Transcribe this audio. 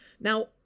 Now